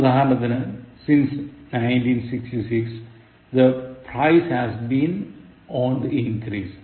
ഉദാഹരണത്തിന് Since 1966 the price has been on the increase